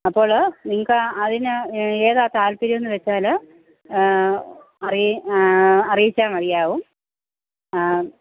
അപ്പോൾ നിങ്ങൾക്ക് അതിന് ഏതാ താല്പര്യം എന്ന് വെച്ചാൽ അറിയിച്ചാൽ അറീച്ചാൽ മതിയാകും